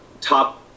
top